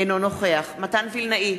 אינו נוכח מתן וילנאי,